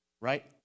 Right